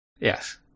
Yes